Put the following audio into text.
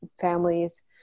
families